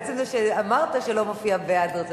עצם זה שאמרת שלא מופיע בעד, רצונך.